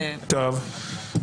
טוב.